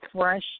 fresh